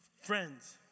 Friends